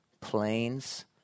planes